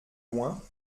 loin